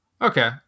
Okay